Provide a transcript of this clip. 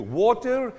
water